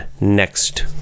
next